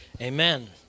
Amen